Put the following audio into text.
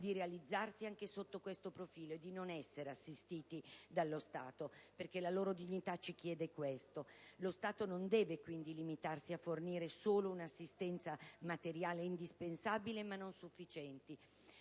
di realizzarsi anche sotto questo profilo e di non essere assistiti dallo Stato. La loro dignità ci chiede questo. Lo Stato non deve quindi limitarsi a fornire solo una assistenza materiale, indispensabile ma non sufficiente.